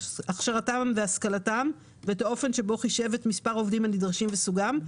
הכשרתם והשכלתם ואת האופן שבו חישב את מספר העובדים הנדרשים וסוגם,